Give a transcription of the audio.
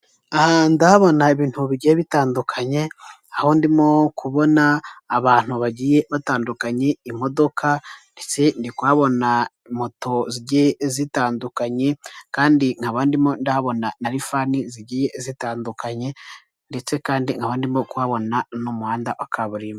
Aha ndahabona ibintu bigiye bitandukanye aho ndimo kubona abantu bagiye batandukanye, imodoka ndetse ndikubona moto zigiye zitandukanye, kandi nkaba ndimo ndabona na rifani zigiye zitandukanye, ndetse kandi nkaba ndimo kuhabona n'umuhanda wa kaburimbo.